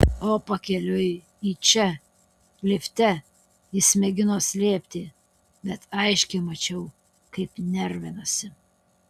o pakeliui į čia lifte jis mėgino slėpti bet aiškiai mačiau kaip nervinasi